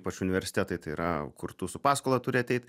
ypač universitetai tai yra kur tu su paskola turi ateit